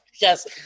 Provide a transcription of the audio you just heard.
yes